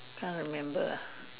can't remember ah